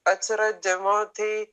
atsiradimo tai